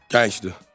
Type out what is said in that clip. Gangster